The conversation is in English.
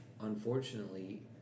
unfortunately